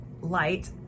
light